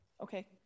Okay